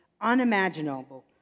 unimaginable